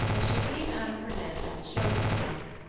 as she came out of her nest and showed herself,